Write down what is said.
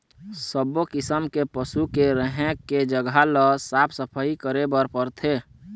सब्बो किसम के पशु के रहें के जघा ल साफ सफई करे बर परथे